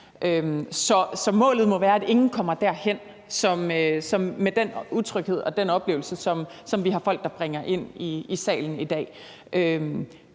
Så målet må være, at ingen kommer derhen med den utryghed og den oplevelse, som vi har folk der bringer ind i salen i dag.